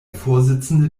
vorsitzende